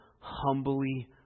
Humbly